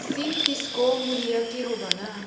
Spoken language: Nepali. सिन तिसको मूल्य के हो भन